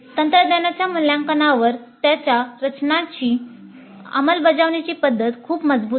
तंत्रज्ञानाच्या मूल्यांकनावर त्याच्या रचनांची अंमलबजावणीची पद्धत खूप मजबूत आहे